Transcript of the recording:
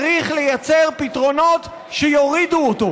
צריך לייצר פתרונות שיורידו אותו.